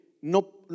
No